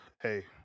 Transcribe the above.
hey